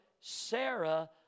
Sarah